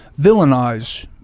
villainize